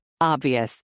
Obvious